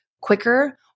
quicker